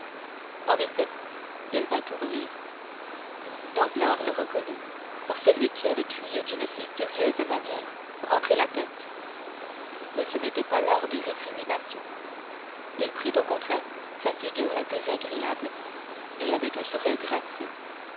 en effet il vint ouvrir danglars le reconnut pour celui qui lui avait crié d'une si furieuse manière rentrez la tête mais ce n'était pas l'heure des récriminations il prit au contraire sa figure la plus agréable et avec un sourire gracieux